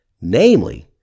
namely